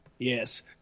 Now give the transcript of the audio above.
Yes